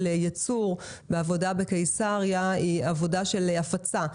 ייצור והעבודה בקיסריה היא עבודה של הפצה.